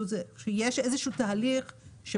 יש איזשהו תהליך,